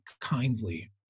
kindly